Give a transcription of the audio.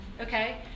okay